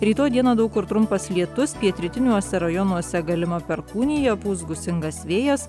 rytoj dieną daug kur trumpas lietus pietrytiniuose rajonuose galima perkūnija pūs gūsingas vėjas